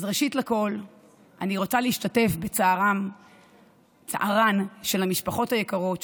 אז ראשית לכול אני רוצה להשתתף בצערן של המשפחות היקרות,